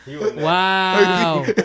Wow